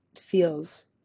feels